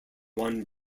one